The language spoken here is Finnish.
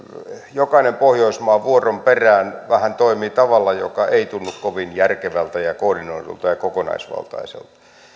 jokainen pohjoismaa vuoron perään vähän toimii tavalla joka ei tunnu kovin järkevältä koordinoidulta ja kokonaisvaltaiselta